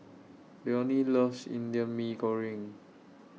Leonie loves Indian Mee Goreng